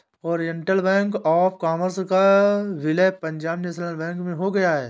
Oriental Bank of Commerce का विलय Punjab National Bank में हो गया है